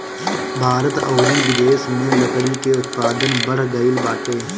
भारत अउरी बिदेस में लकड़ी के उत्पादन बढ़ गइल बाटे